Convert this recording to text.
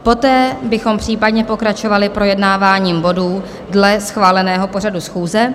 Poté bychom případně pokračovali projednáváním bodů dle schváleného pořadu schůze.